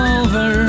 over